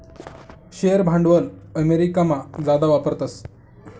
share भांडवल अमेरिकामा जादा वापरतस